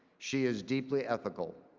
she is deeply ethical.